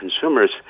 consumers